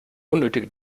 unnötige